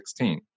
2016